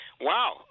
Wow